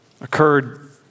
Occurred